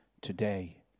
today